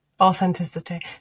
Authenticity